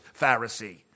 Pharisee